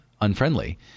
unfriendly